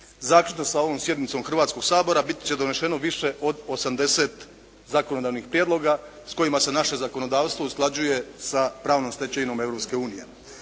zaključno sa ovom sjednicom Hrvatskog sabora biti će doneseno više od 80 zakonodavnih prijedloga s kojima se naše zakonodavstvo usklađuje sa pravnom stečevinom